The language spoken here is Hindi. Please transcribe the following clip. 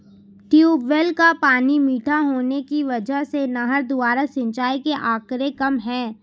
ट्यूबवेल का पानी मीठा होने की वजह से नहर द्वारा सिंचाई के आंकड़े कम है